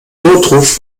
notruf